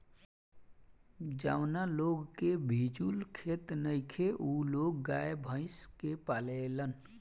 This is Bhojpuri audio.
जावना लोग के भिजुन खेत नइखे उ लोग गाय, भइस के पालेलन